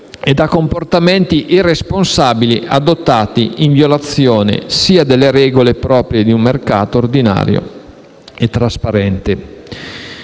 e comportamenti irresponsabili adottati in violazione delle regole proprie di un mercato ordinato e trasparente.